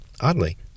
Oddly